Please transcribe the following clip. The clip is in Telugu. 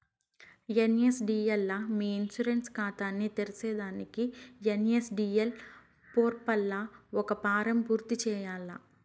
ఎన్.ఎస్.డి.ఎల్ లా మీ ఇన్సూరెన్స్ కాతాని తెర్సేదానికి ఎన్.ఎస్.డి.ఎల్ పోర్పల్ల ఒక ఫారం పూర్తి చేయాల్ల